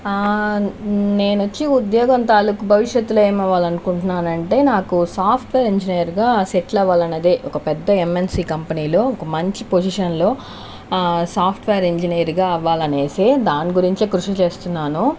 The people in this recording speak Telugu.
నేను వచ్చి ఉద్యోగం తాలూకు భవిష్యత్తులో ఏమవ్వాలనుకుంటున్నాను అంటే నాకు సాఫ్ట్వేర్ ఇంజనీర్ గా సెటిల్ అవ్వాలి అన్నది ఒక పెద్ద ఎంఎన్సి కంపెనీ లో ఒక మంచి పొజిషన్లో సాఫ్ట్వేర్ ఇంజనీర్ గా అవ్వాలనేసి దాని గురించి కృషి చేస్తున్నాను